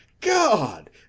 God